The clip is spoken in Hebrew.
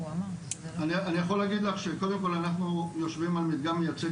אני יכול להגיד לך שקודם כל אנחנו יושבים על מדגם מייצג